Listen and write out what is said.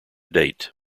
date